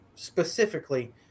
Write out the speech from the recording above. Specifically